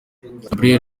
gabriel